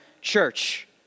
church